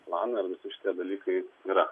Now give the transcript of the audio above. planą visi šitie dalykai yra